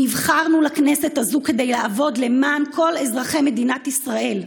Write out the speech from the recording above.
נבחרנו לכנסת הזו כדי לעבוד למען כל אזרחי מדינת ישראל.